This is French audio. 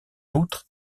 outre